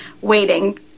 waiting